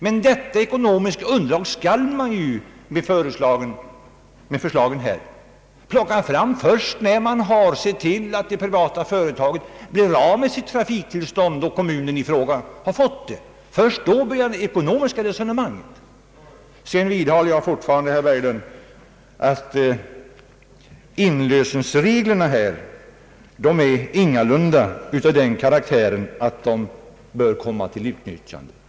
Men detta ekonomiska underlag skall man enligt vad som föreslås plocka fram först sedan man har sett till att det privata företaget blivit av med sitt trafiktillstånd och kommunen i fråga har fått det. Först då börjar det ekonomiska resonemanget. Jag vidhåller fortfarande, herr Berglund, att inlösenreglerna ingalunda är av den karaktären att de kan anses tillfredsställande.